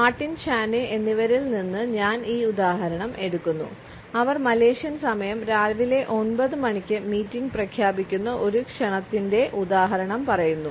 Martin ചാനെ എന്നിവരിൽ നിന്ന് ഞാൻ ഈ ഉദാഹരണം എടുക്കുന്നു അവർ "മലേഷ്യൻ സമയം" രാവിലെ 9 മണിക്ക് മീറ്റിംഗ് പ്രഖ്യാപിക്കുന്ന ഒരു ക്ഷണത്തിന്റെ ഉദാഹരണം പറയുന്നു